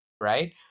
right